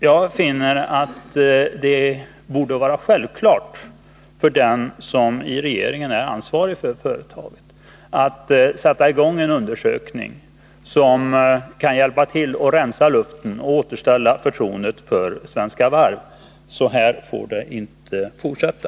Jag finner att det borde vara självklart för den som i regeringen är ansvarig för företaget, att sätta i gång en undersökning som kan hjälpa till att rensa luften och återställa förtroendet för Svenska Varv. Så här får det inte fortsätta.